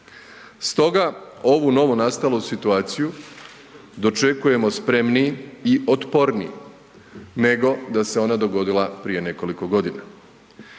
Stoga ovu novonastalu situaciju dočekujemo spremniji i otporniji nego da se ona dogodila prije nekoliko godina.